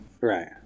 Right